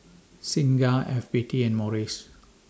Singha F B T and Morries